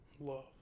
Love